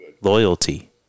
Loyalty